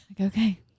okay